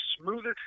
smoothest